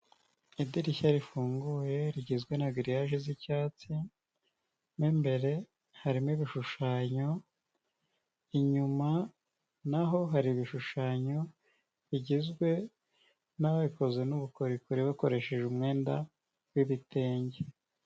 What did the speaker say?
Idirishya rifunguye, rigizwe na giriyage z'icyatsi, mo imbere harimo ibishushanyo, inyuma naho hari ibishushanyo bigizwe n'ababikoze n'ubukorikori bakoresheje umwenda w'ibitenge.